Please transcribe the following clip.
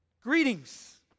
Greetings